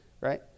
Right